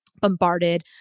bombarded